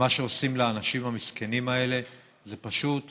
ומה שעושים לאנשים המסכנים האלה זה פשוט